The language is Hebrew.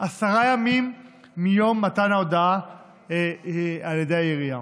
עשרה ימים מיום מתן ההודעה על ידי העירייה.